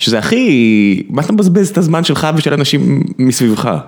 שזה הכי, מה אתה מבזבז את הזמן שלך ושל האנשים מסביבך.